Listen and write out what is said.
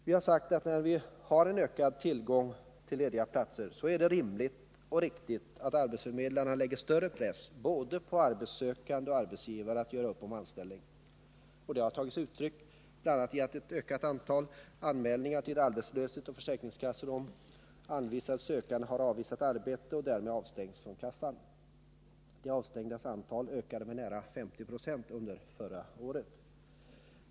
Vi har sagt att när vi har en ökad tillgång till lediga platser så är det rimligt och riktigt att arbetsförmedlingarna lägger större press både på arbetssökande och arbetsgivare att göra upp om anställningen. Och det har tagit sig uttryck i bl.a. ett ökat antal anmälningar till arbetslöshetsoch försäkrings kassor om att anvisad sökande avvisat arbete och därför avstängts från kassan. De avstängdas antal ökade med nära 50 96 under förra året.